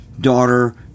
daughter